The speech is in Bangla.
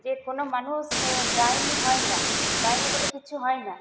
যে কোনো মানুষ ডাইনি হয় না ডাইনি বলে কিচ্ছু হয় না